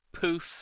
poof